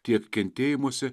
tiek kentėjimuose